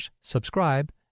subscribe